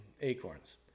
acorns